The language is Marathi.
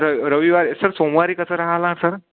र रविवारी सर सोमवारी कसं राहिलं सर